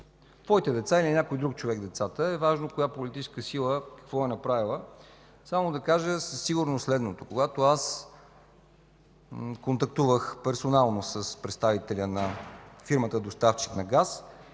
или децата на някой друг човек, е важно коя политическа сила какво е направила. Само да кажа със сигурност следното, когато аз контактувах персонално с представителя на фирмата-доставчик на газ,